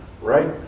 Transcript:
right